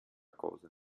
cosa